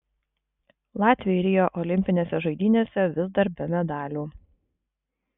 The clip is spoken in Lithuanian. latviai rio olimpinėse žaidynėse vis dar be medalių